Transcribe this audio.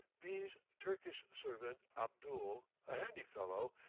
b turkish servant, abdul, a handy fellow,